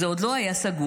זה עוד לא היה סגור.